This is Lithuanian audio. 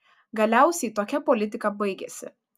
galiausiai tokia politika baigėsi